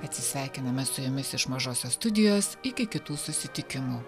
atsisveikiname su jumis iš mažosios studijos iki kitų susitikimų